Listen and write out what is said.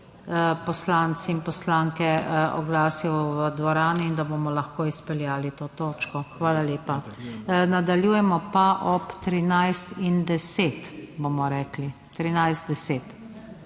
poslanci in poslanke oglasijo v dvorani in da bomo lahko izpeljali to točko. Hvala lepa. Nadaljujemo pa ob 13.10. Tako da prosim,